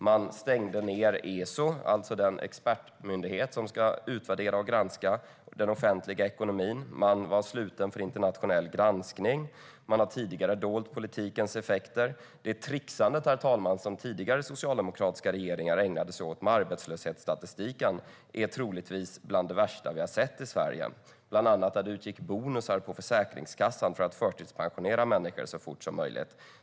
Men stängde ned ESO, den expertmyndighet som ska utvärdera och granska den offentliga ekonomin. Man var sluten för internationell granskning. Man har tidigare dolt politikens effekter. Det trixande, herr talman, som tidigare socialdemokratiska regeringar ägnade sig åt med arbetslöshetsstatistiken är troligtvis bland det värsta vi har sett i Sverige. Bland annat utgick det bonus på Försäkringskassan för att förtidspensionera människor så fort som möjligt.